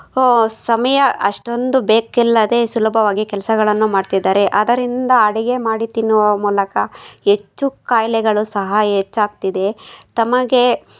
ಸಮಯ ಅಷ್ಟೊಂದು ಬೇಕಿಲ್ಲದೆ ಸುಲಭವಾಗಿ ಕೆಲಸಗಳನ್ನು ಮಾಡ್ತಿದ್ದಾರೆ ಅದರಿಂದ ಅಡಿಗೆ ಮಾಡಿ ತಿನ್ನುವ ಮೂಲಕ ಹೆಚ್ಚು ಖಾಯಿಲೆಗಳು ಸಹ ಹೆಚ್ಚಾಗ್ತಿದೆ ತಮಗೆ